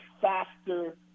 faster